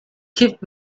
keep